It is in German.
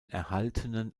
erhaltenen